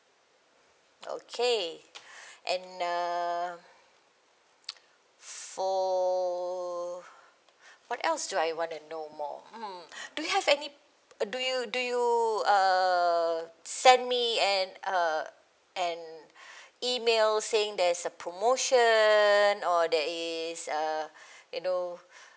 okay and err for what else do I wanna know more mm do you have any uh do you do you err send me an a an email saying there is a promotion or there is a you know